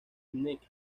knight